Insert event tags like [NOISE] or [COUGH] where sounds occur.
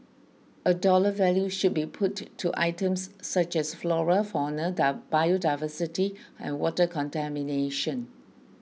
a dollar value should be put to items such as flora fauna [UNINTELLIGIBLE] biodiversity and water contamination